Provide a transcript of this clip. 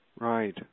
Right